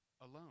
alone